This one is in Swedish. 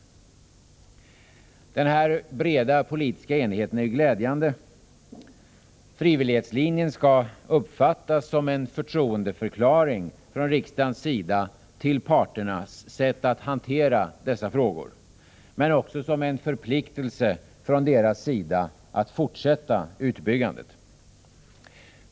Den här breda politiska enigheten är glädjande. Frivillighetslinjen skall uppfattas som en förtroendeförklaring från riksdagens sida när det gäller parternas sätt att hantera dessa frågor, men också som en förpliktelse från deras sida att fortsätta utbyggandet.